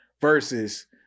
versus